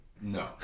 No